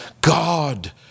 God